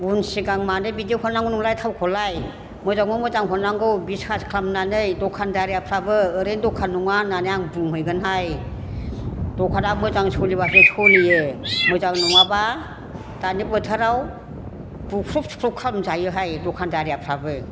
उन सिगां मानो बिदि हरनांगौ नोंलाय थावखौलाय मोजांखौ मोजां हरनांगौ बिस्सास खालामनानै दखानदारिफ्राबो ओरैनो दखान नङा होननानै आं बुंहैगोनहाय दखाना मोजां सोलिबासो सोलियो मोजां नङाबा दानि बोथोराव बुख्रुब सुख्रुब खालाम जायोहाय दखानदारिफ्राबो